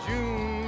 June